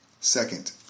Second